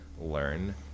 learn